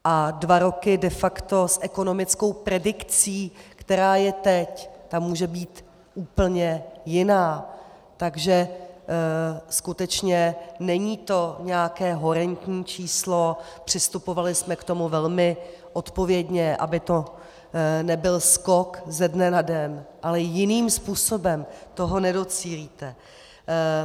A dva roky, de facto, s ekonomickou predikcí, která je teď, ta může být úplně jiná, takže skutečně není to nějaké horentní číslo, přistupovali jsme k tomu velmi odpovědně, aby to nebyl skok ze dne na den, ale jiným způsobem toho nedocílíte.